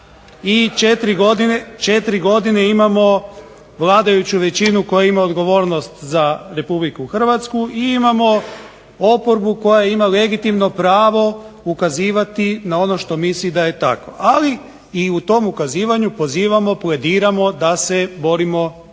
i četiri godine imamo vladajuću većinu koja ima odgovornost za Republiku Hrvatsku i imamo oporbu koja ima legitimno pravo ukazivati na ono što misli da je tako, ali i u tom ukazivanju pozivamo, plediramo da se borimo argumentima.